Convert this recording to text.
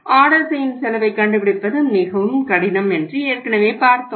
order செய்யும் செலவைக் கண்டுபிடிப்பது மிகவும் கடினம் என்று ஏற்கனவே பார்த்தோம்